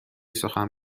سخن